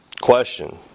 Question